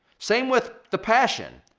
same with the passion,